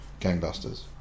gangbusters